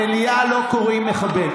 במליאה לא קוראים "מחבל".